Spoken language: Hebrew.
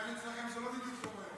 "עידן" אצלכם זה לא בדיוק עובר.